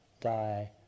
die